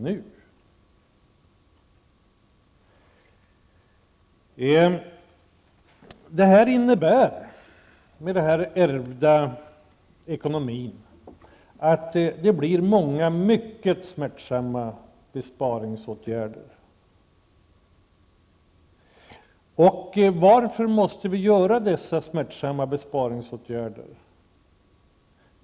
Med den ekonomi som vi har ärvt blir det många mycket smärtsamma besparingsåtgärder. Varför måste vi vidta dessa smärtsamma besparingsåtgärder?